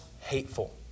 hateful